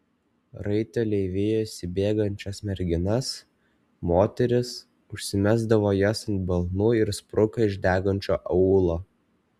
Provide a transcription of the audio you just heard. raiteliai vijosi bėgančias merginas moteris užsimesdavo jas ant balnų ir spruko iš degančio aūlo